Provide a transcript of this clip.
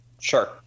Sure